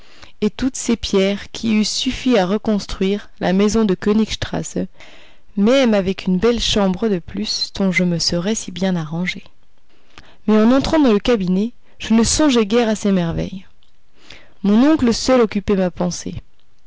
et toutes ces pierres qui eussent suffi à reconstruire la maison de knig strasse même avec une belle chambre de plus dont je me serais si bien arrangé mais en entrant dans le cabinet je ne songeais guère à ces merveilles mon oncle seul occupait ma pensée